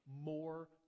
more